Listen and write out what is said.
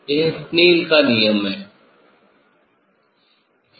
यह Snell's का नियम है